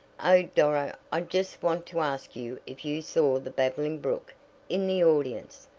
oh, doro, i just want to ask you if you saw the babbling brook in the audience?